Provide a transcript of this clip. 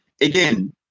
Again